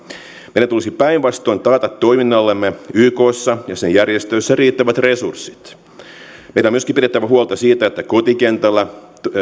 meidän tulisi päinvastoin taata toiminnallemme ykssa ja sen järjestöissä riittävät resurssit meidän on myöskin pidettävä huolta siitä että kotikentällä